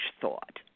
thought